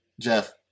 Jeff